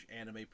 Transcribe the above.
anime